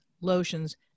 lotions